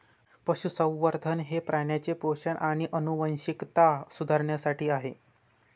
पशुसंवर्धन हे प्राण्यांचे पोषण आणि आनुवंशिकता सुधारण्यासाठी आहे